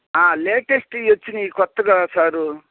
లేటెస్ట్వి వచ్చినాయి క్రొత్తగా సారు